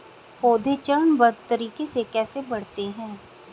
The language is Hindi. पौधे चरणबद्ध तरीके से कैसे बढ़ते हैं?